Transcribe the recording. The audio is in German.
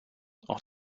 auch